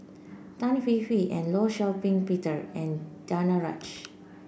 Tan Hwee Hwee and Law Shau Ping Peter and Danaraj